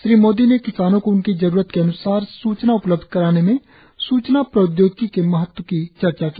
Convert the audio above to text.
श्री मोदी ने किसानों को उनकी जरूरत के अन्सार सूचना उपलब्ध कराने में सूचना प्रौद्योगिकी के महत्व की चर्चा की